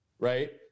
right